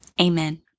Amen